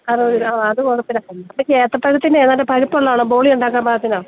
അറുപത് രൂപ ആ അത് കുഴപ്പമില്ല അപ്പം ഏത്തപ്പഴത്തിന് നല്ല പഴുപ്പുള്ളതാണോ ബോളി ഉണ്ടാക്കാൻ പാകത്തിന്